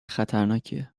خطرناکیه